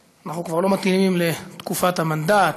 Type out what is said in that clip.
אנחנו כבר לא מתאימים לתקופת המנדט,